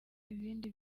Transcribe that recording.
ibindi